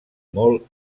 molt